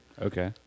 Okay